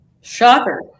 Shocker